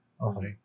Okay